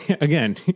Again